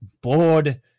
bored